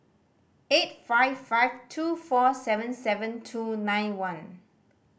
eight five five two four seven seven two nine one